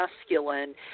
masculine